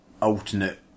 Alternate